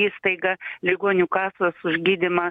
įstaiga ligonių kasos už gydymą